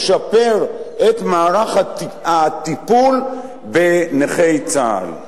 לשפר את מערך הטיפול בנכי צה"ל.